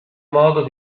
modo